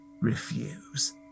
refuse